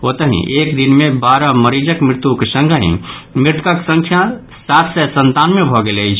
ओतहि एक दिन मे बारह मरीजक मृत्युक संगहि मृतकक संख्या सात सय संतानवे भऽ गेल अछि